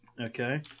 Okay